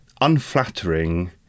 unflattering